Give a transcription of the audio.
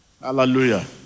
Hallelujah